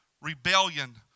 rebellion